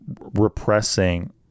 repressing